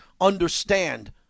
understand